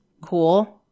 Cool